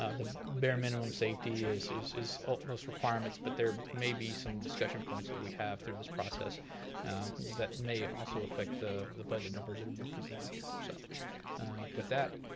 ah the bare minimum safety is is utmost requirements, but there may be some discussion points that we have through this process that may also affect the the budget numbers that have been presented here. so with that,